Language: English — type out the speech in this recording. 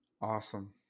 Awesome